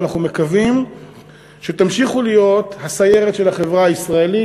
ואנחנו מקווים שתמשיכו להיות הסיירת של החברה הישראלית,